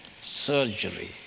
surgery